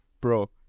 bro